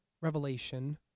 revelation